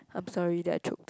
I'm sorry that I choked